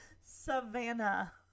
savannah